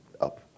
up